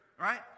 right